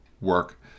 work